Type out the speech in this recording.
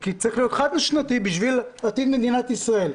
כי צריך להיות חד-שנתי בשביל להציל את מדינת ישראל.